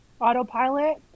autopilot